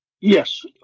Yes